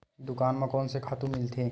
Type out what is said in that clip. दुकान म कोन से खातु मिलथे?